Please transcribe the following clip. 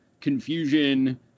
confusion